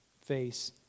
face